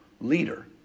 leader